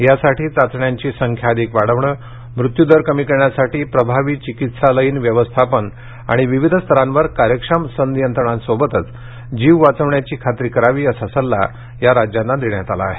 यासाठी चाचण्यांची संख्या अधिक वाढवणं मृत्यू दर कमी करण्यासाठी प्रभावी चिकित्सालयीन व्यवस्थापन आणि विविध स्तरांवर कार्यक्षम संनियंत्रणासोबत जीव वाचवण्याची खात्री करावी असा सल्ला या राज्यांना देण्यात आला आहे